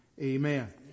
amen